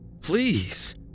Please